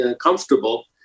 comfortable